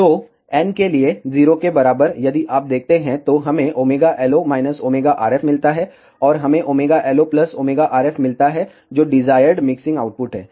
तो n के लिए 0 के बराबर यदि आप देखते हैं तो हमें ωLO ωRF मिलता हैऔर हमें ωLO ωRF मिलता हैजो डिजायर्ड मिक्सिंग आउटपुट हैं